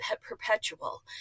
perpetual